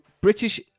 british